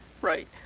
Right